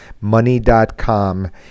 money.com